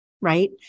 right